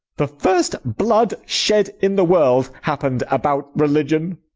the first blood shed in the world happened about religion.